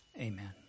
Amen